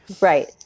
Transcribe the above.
Right